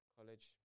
College